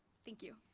thank you.